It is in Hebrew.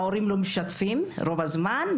ההורים לא משתפים רוב הזמן,